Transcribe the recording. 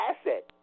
asset